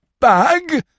bag